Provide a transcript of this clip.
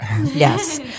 Yes